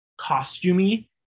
costumey